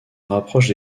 rapproche